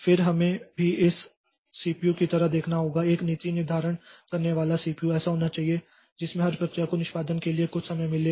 फिर हमें भी इस सीपीयू की तरह देखना होगा एक नीति निर्धारण करने वाला सीपीयू ऐसा होना चाहिए जिसमें हर प्रक्रिया को निष्पादन के लिए कुछ समय मिले